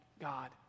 God